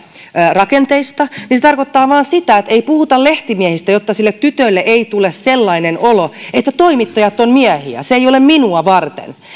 rakenteista tarkoittaa vain sitä että ei puhuta lehtimiehistä jotta sille tytölle ei tule sellainen olo että toimittajat ovat miehiä se ei ole minua varten